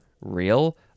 real